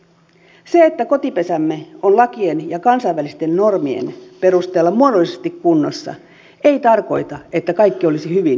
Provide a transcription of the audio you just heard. se että kotipesämme on lakien ja kansainvälisten normien perusteella muodollisesti kunnossa ei tarkoita että kaikki olisi hyvin ja valmista